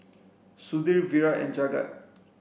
Sudhir Virat and Jagat